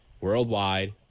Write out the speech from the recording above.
worldwide